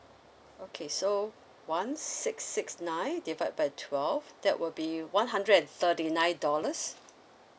okay so one six six nine divide by twelve that will be one hundred and thirty nine dollars